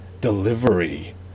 delivery